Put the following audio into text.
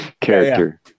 character